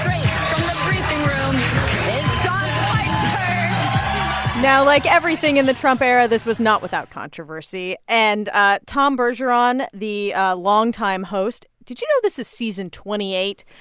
um now, like everything in the trump era, this was not without controversy. and ah tom bergeron, the longtime host did you know this is season twenty eight?